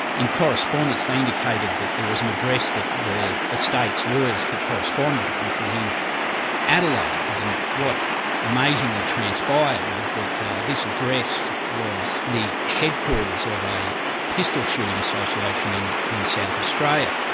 in correspondence, they indicated that there was an address that the estate's lawyers could correspond with, which was in adelaide, and what amazingly transpired was that this address was the headquarters of a pistol shooting association in in south australia,